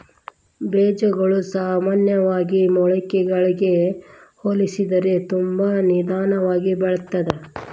ಬೇಜಗಳು ಸಾಮಾನ್ಯವಾಗಿ ಮೊಳಕೆಗಳಿಗೆ ಹೋಲಿಸಿದರೆ ತುಂಬಾ ನಿಧಾನವಾಗಿ ಬೆಳಿತ್ತದ